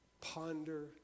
Ponder